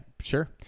sure